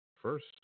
First